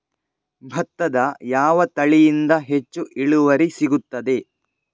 ಭತ್ತದ ಯಾವ ತಳಿಯಿಂದ ಹೆಚ್ಚು ಇಳುವರಿ ಸಿಗುತ್ತದೆ?